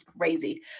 crazy